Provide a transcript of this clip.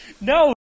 No